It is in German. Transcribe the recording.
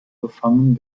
gefangen